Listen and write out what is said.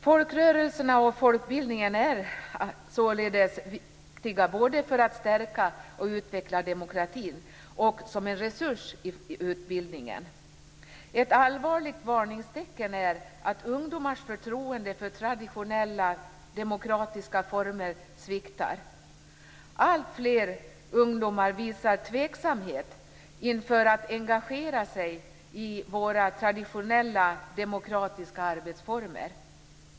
Folkrörelserna och folkbildningen är således viktiga både för att stärka och utveckla demokratin och som en resurs i utbildningen. Ett allvarligt varningstecken är att ungdomars förtroende för traditionella demokratiska former sviktar. Alltfler ungdomar visar tveksamhet inför att engagera sig i våra traditionella demokratiska arbetsformer.